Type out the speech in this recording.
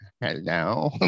hello